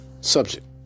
subject